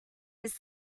his